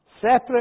separate